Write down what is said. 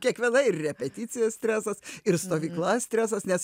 kiekviena repeticija stresas ir stovykla stresas nes